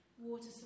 water